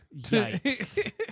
Yikes